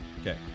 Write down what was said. Okay